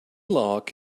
lock